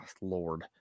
Lord